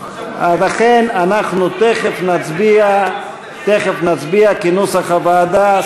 לכן אנחנו תכף נצביע כנוסח הוועדה.